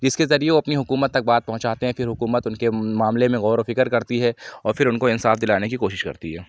جس کے ذریعے وہ اپنی حکومت تک بات پہنچاتے ہیں پھر حکومت اُن کے معاملے میں غور و فکر کرتی ہے اور پھر اُن کو انصاف دِلانے کی کوشش کرتی ہے